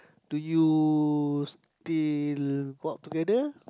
do you still go out together